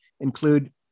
include